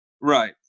Right